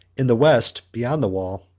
in the west, beyond the wall,